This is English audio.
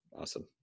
awesome